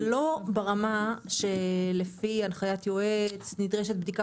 זה לא ברמה שלפי הנחיית יועץ נדרשת בדיקה